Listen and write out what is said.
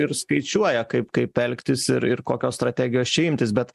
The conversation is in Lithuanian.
ir skaičiuoja kaip kaip elgtis ir ir kokios strategijos čia imtis bet